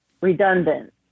redundant